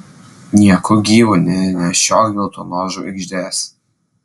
nieku gyvu nenešiok geltonos žvaigždės